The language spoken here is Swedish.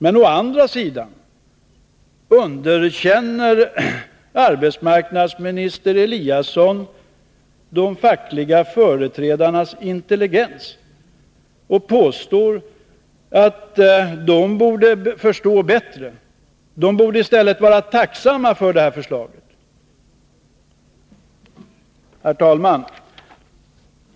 Å andra sidan underkänner han de fackliga företrädarnas intelligens och påstår att de borde förstå bättre och i stället vara tacksamma för detta förslag. Herr talman!